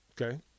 okay